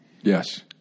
Yes